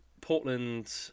Portland